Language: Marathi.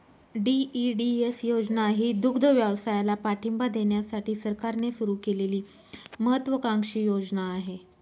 डी.ई.डी.एस योजना ही दुग्धव्यवसायाला पाठिंबा देण्यासाठी सरकारने सुरू केलेली महत्त्वाकांक्षी योजना आहे